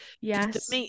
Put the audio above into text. yes